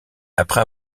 après